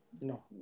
No